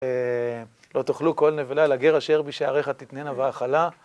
לא תאכלו כל נבלה, לגר אשר בשעריך תתננה ואכלה